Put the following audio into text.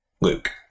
Luke